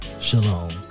Shalom